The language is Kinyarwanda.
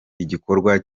igikorwa